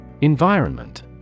Environment